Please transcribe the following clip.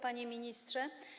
Panie Ministrze!